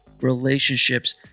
relationships